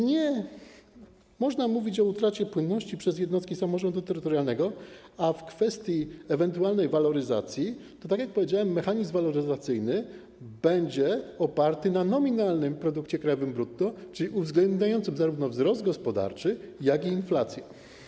Nie można mówić o utracie płynności przez jednostki samorządu terytorialnego, a jeśli chodzi o kwestię ewentualnej waloryzacji, to tak jak powiedziałem, mechanizm waloryzacyjny będzie oparty na nominalnym produkcie krajowym brutto, czyli uwzględniającym zarówno wzrost gospodarczy, jak i inflację.